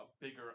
bigger